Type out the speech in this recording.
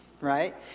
Right